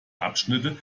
abschnitte